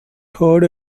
third